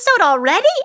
already